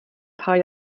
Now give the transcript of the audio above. paar